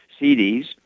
CDs